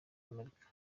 amerika